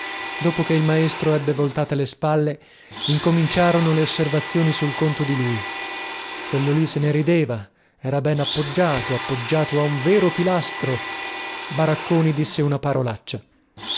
dopo che il maestro ebbe voltate le spalle incominciarono le osservazioni sul conto di lui quello lì se ne rideva era ben appoggiato appoggiato a un vero pilastro baracconi disse una parolaccia